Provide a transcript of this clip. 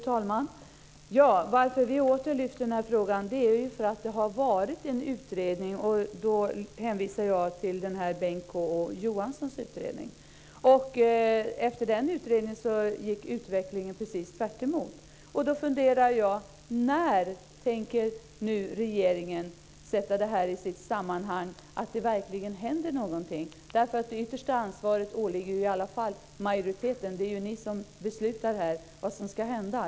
Fru talman! Anledningen till att vi åter lyfter den här frågan är ju att det har varit en utredning, och då hänvisar jag till Bengt K Å Johanssons utredning, och efter den utredningen gick utvecklingen precis tvärtemot. Då funderar jag: När tänker nu regeringen sätta det här i sitt sammanhang så att det verkligen händer någonting? Det yttersta ansvaret åligger ju i alla fall majoriteten. Det är ju ni som beslutar här vad som ska hända.